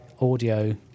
audio